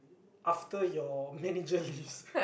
after your manager leaves